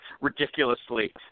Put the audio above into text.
ridiculously